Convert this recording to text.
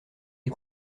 est